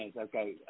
Okay